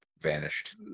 vanished